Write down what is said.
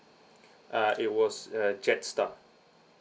uh it was uh jetstar